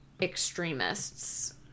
extremists